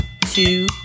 two